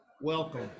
Welcome